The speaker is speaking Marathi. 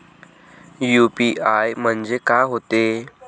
यू.पी.आय म्हणजे का होते?